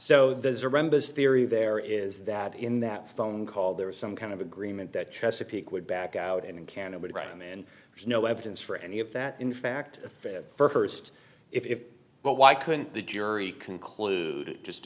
members theory there is that in that phone call there was some kind of agreement that chesapeake would back out in canada right and there's no evidence for any of that in fact the first if but why couldn't the jury conclude just